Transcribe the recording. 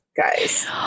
guys